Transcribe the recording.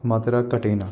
ਮਾਤਰਾ ਘਟੇ ਨਾ